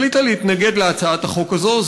החליטה להתנגד להצעת החוק הזאת.